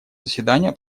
заседания